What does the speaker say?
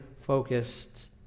focused